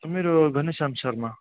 मेरो घनश्याम शर्मा